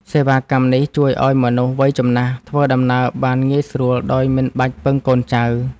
សេវាកម្មនេះជួយឱ្យមនុស្សវ័យចំណាស់ ធ្វើដំណើរបានងាយស្រួលដោយមិនបាច់ពឹងកូនចៅ។